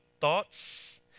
thoughts